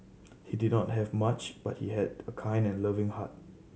he did not have much but he had a kind and loving heart